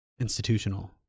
institutional